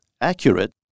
accurate